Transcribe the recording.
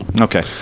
Okay